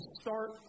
start